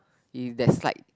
you dislike